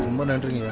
one hundred